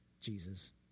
Jesus